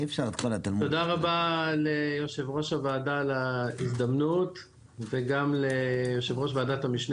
תודה רבה ליושב ראש הוועדה להזדמנות וגם ליושב ראש ועדת המשנה